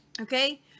Okay